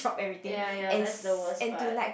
ya ya that's the worst part